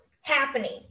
happening